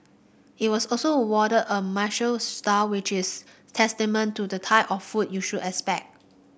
it was also awarded a Michelin star which is testament to the type of food you should expect